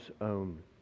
own